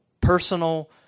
personal